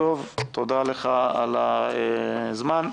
תודה לך על הזמן.